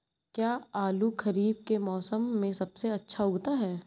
क्या आलू खरीफ के मौसम में सबसे अच्छा उगता है?